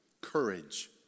courage